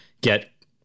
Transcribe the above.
get